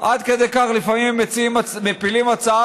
עד כדי כך לפעמים המציעים לפעמים מפילים הצעה